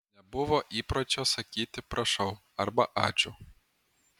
nebuvo įpročio sakyti prašau arba ačiū